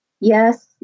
Yes